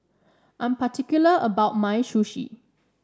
I am particular about my Sushi